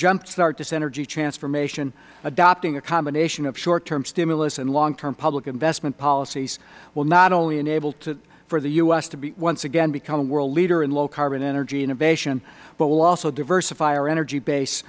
jumpstart this energy transformation adopting a combination of short term stimulus and long term public investment policies will not only enable for the u s to once again become a world leader in low carbon energy innovation but will also diversify our energy base